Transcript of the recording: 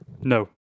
No